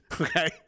Okay